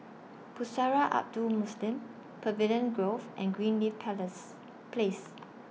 Pusara Abadi Muslim Pavilion Grove and Greenleaf Palace Place